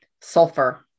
Sulfur